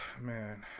Man